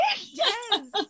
Yes